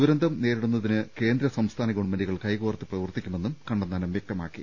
ദുരന്തം നേരിടുന്നതിന് കേന്ദ്ര സംസ്ഥാന ഗവൺമെന്റുകൾ കൈകോർത്ത് പ്രവർത്തിക്കുമെന്നും കണ്ണ ന്താനം വൃക്തമാക്കി